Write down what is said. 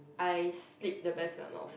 I sleep the best when I am outside